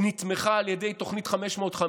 היא נתמכה על ידי תוכנית 550,